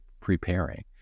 preparing